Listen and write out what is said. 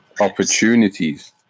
Opportunities